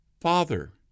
father